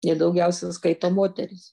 jį daugiausiai skaito moterys